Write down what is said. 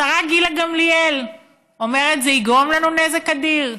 השרה גילה גמליאל אומרת: זה יגרום לנו נזק אדיר.